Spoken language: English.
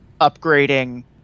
upgrading